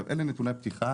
אז אלה נתוני הפתיחה,